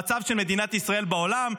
תעשו משבר על המצב של מדינת ישראל בעולם,